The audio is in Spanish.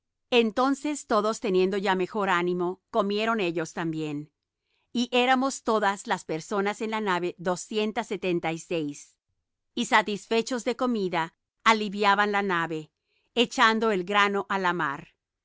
entonces todos teniendo ya mejor ánimo comieron ellos también y éramos todas las personas en la nave doscientas setenta y seis y satisfechos de comida aliviaban la nave echando el grano á la mar